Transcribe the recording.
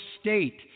state